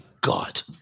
god